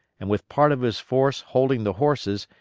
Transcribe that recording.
and with part of his force holding the horses,